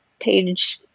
page